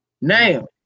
Now